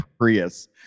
Prius